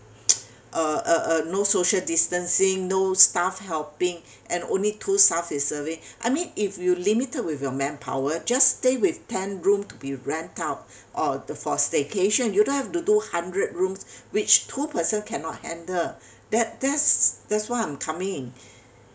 uh uh uh no social distancing no staff helping and only two staff is serving I mean if you limited with your manpower just stay with ten room to be rent out or the for staycation you don't have to do hundred rooms which two person cannot handle that there's there's where I'm coming